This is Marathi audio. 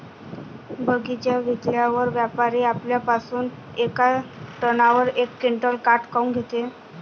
बगीचा विकल्यावर व्यापारी आपल्या पासुन येका टनावर यक क्विंटल काट काऊन घेते?